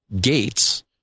gates